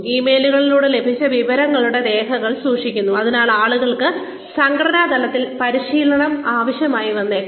ഇമെയിലുകളിലൂടെ ലഭിച്ച വിവരങ്ങളുടെ രേഖകൾ സൂക്ഷിക്കുന്നു അതിനാൽ ആളുകൾക്ക് സംഘടനാ തലത്തിൽ പരിശീലനം ആവശ്യമായി വന്നേക്കാം